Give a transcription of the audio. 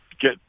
get